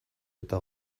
eta